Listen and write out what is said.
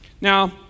Now